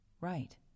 Right